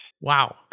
Wow